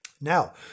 Now